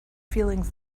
feelings